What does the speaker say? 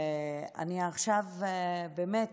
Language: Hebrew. ואני עכשיו באמת